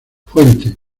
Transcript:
fuente